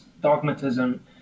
dogmatism